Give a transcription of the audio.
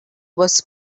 was